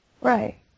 Right